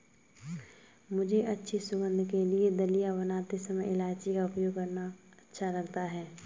मुझे अच्छी सुगंध के लिए दलिया बनाते समय इलायची का उपयोग करना अच्छा लगता है